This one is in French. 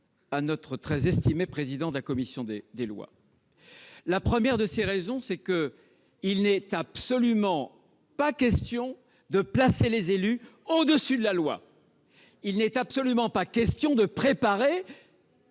à notre très estimé président de la commission des lois ... Premièrement, il n'est absolument pas question de placer les élus au-dessus de la loi. Il n'est absolument pas question de préparer